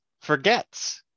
forgets